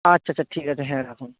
আচ্ছা আচ্ছা ঠিক আছে হ্যাঁ রাখুন